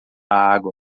água